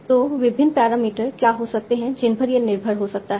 तो विभिन्न पैरामीटर क्या हो सकते हैं जिन पर यह निर्भर हो सकता है